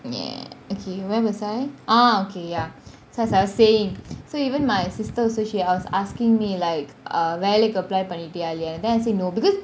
ya okay where was I ah okay ya so as I was saying so even my sister also she was asking me like uh வேலைக்கி :velaiki apply பண்ணிட்டியா இல்லனு :panitya illanu then I say no because